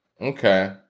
Okay